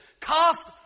cast